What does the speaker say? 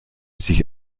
sich